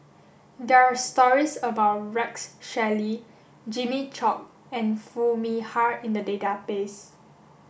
there are stories about Rex Shelley Jimmy Chok and Foo Mee Har in the database